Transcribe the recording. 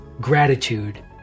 gratitude